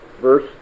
verse